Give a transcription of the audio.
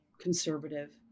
conservative